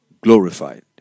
glorified